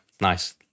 Nice